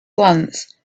glance